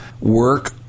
work